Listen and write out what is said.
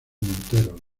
monteros